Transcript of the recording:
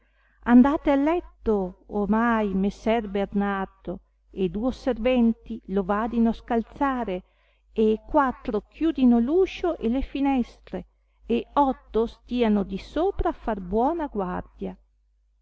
andate al letto ornai messer bernardo e duo serventi lo vadino a scalzare e quattro chiudino l'uscio e le finestre e otto stiano di sopra a far buona guardia